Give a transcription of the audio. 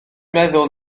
meddwl